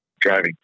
Driving